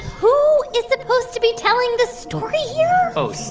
who is supposed to be telling the story here? oh, so